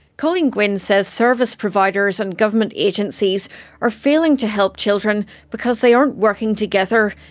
colleen gwynne says service providers and government agencies are failing to help children because they aren't working together,